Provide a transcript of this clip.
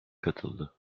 katıldı